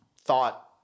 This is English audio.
thought